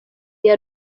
iya